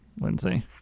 Lindsay